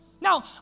Now